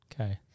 Okay